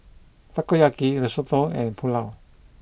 Takoyaki Risotto and Pulao